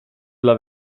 dla